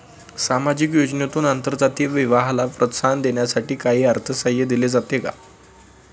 सामाजिक योजनेतून आंतरजातीय विवाहाला प्रोत्साहन देण्यासाठी काही अर्थसहाय्य दिले जाते का?